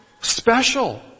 special